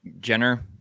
Jenner